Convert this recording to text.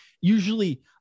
usually